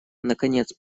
наконец